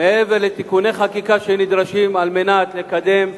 מעבר לתיקוני חקיקה שנדרשים כדי לקדם,